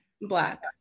Black